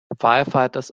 firefighters